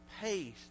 pace